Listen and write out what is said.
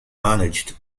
managed